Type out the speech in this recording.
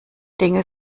dinge